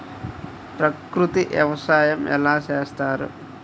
ప్రకృతి వ్యవసాయం ఎలా చేస్తారు?